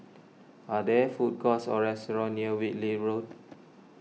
are there food courts or restaurants near Whitley Road